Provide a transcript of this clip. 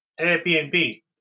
Airbnb